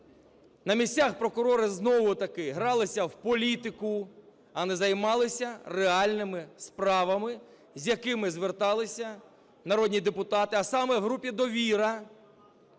На місцях прокурори, знову-таки, гралися в політику, а не займалися реальними справами з якими зверталися народні депутати, а саме в групі "Довіра"